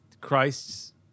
Christ's